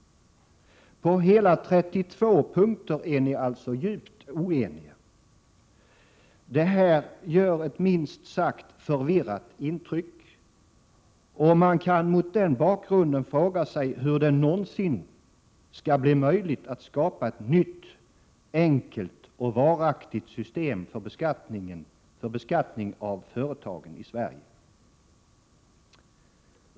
På hela 32 punkter är ni alltså djupt oeniga. Det här gör ett minst sagt förvirrat intryck. Man kan mot den bakgrunden fråga sig hur det någonsin skall bli möjligt att skapa ett nytt, enkelt och varaktigt system för beskattning av företagen i Sverige.